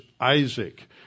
Isaac